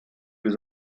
was